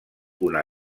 una